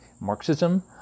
Marxism